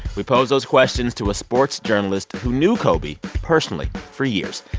we pose those questions to a sports journalist who knew kobe personally for years.